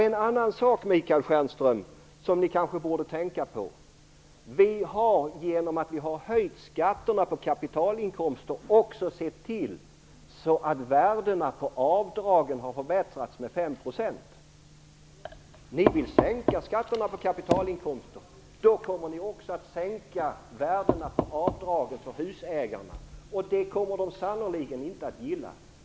En annan sak, Michael Stjernström, som ni kanske borde tänka på är följande. Vi har genom att vi har höjt skatterna på kapitalinkomster också sett till att värdena på avdragen har förbättrats med 5 %. Ni vill sänka skatterna på kaptialinkomster. Då kommer ni också att sänka värdena på avdragen för husägarna, och det kommer de sannerligen inte att gilla.